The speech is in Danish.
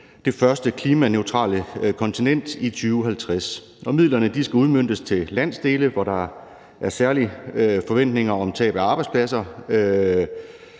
det første klimaneutrale kontinent i 2050, og midlerne skal udmøntes til landsdele, hvor der er en særlig forventning om tab af arbejdspladser